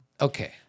Okay